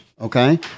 okay